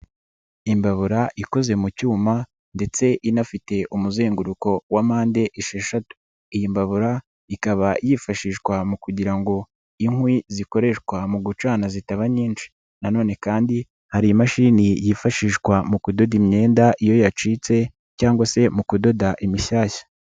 Imbabura ikoze mu cyuma ndetse inafite umuzenguruko wa mpande esheshatu, iyi mbabura ikaba yifashishwa mu kugira ngo inkwi zikoreshwa mu gucana zitaba nyinshi nanone kandi hari imashini yifashishwa mu kudoda imyenda iyo yacitse cyangwa se mu kudoda imishyashya.